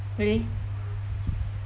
really